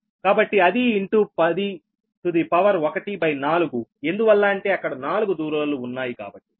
కాబట్టి అది into 10 to the power 14 ఎందువల్ల అంటే అక్కడ నాలుగు దూరాలు ఉన్నాయి కాబట్టి